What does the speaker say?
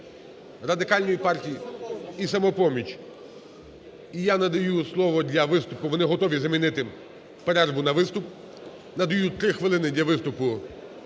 Радикальної партії і "Самопоміч". І я надаю слово для виступу, вони готові замінити перерву на виступ. Надаю 3 хвилини для виступу